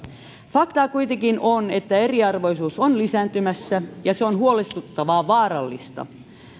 faktaa kuitenkin on että eriarvoisuus on lisääntymässä ja se on huolestuttavaa vaarallista